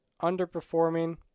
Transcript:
underperforming